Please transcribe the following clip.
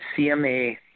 CMA